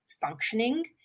functioning